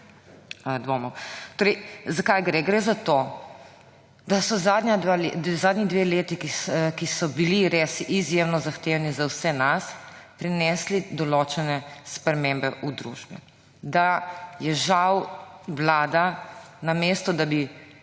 Torej za kaj gre? Gre za to, da sta zadnji dve leti, ki sta bili res izjemno zahtevni za vse nas, prinesli določene spremembe v družbi. Žal je vlada, hotela je